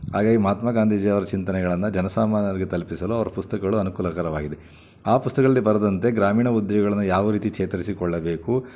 ಹಾಗಾಗಿ ಮಹಾತ್ಮ ಗಾಂಧೀಜಿಯವ್ರ ಚಿಂತನೆಗಳನ್ನು ಜನಸಾಮಾನ್ಯರಿಗೆ ತಲುಪಿಸಲು ಅವ್ರ ಪುಸ್ತಕಗಳು ಅನುಕೂಲಕರವಾಗಿವೆ ಆ ಪುಸ್ತಕಗಳಲ್ಲಿ ಬರೆದಂತೆ ಗ್ರಾಮೀಣ ಉದ್ಯೋಗಗಳನ್ನು ಯಾವ ರೀತಿ ಚೇತರಿಸಿಕೊಳ್ಳಬೇಕು